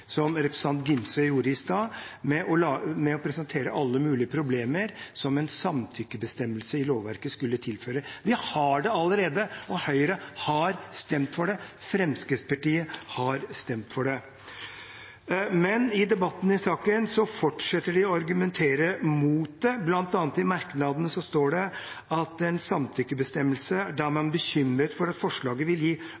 som representanten Angell Gimse gjorde i stad, ved å presentere alle mulige problemer som en samtykkebestemmelse i lovverket skulle tilføre. Vi har det allerede, og Høyre har stemt for det, Fremskrittspartiet har stemt for det, men i debatten i saken fortsetter de å argumentere mot det. I merknadene står det bl.a. at man ved en samtykkebestemmelse er